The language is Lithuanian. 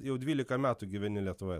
jau dvylika metų gyveni lietuvoje